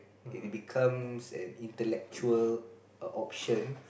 it becomes an intellectual err options